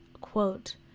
quote